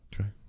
Okay